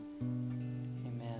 Amen